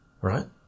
right